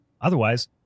Otherwise